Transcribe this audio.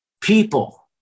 people